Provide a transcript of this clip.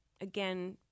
Again